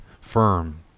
firm